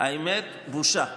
האמת, בושה.